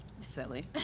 silly